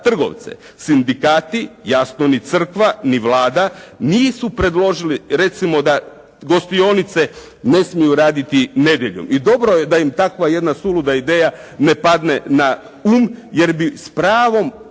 Sindikati, jasno ni crkva ni Vlada, nisu predložili recimo da gostionice ne smiju raditi nedjeljom i dobro je da im takva jedna suluda ideja ne padne na um, jer bi s pravom od ovoga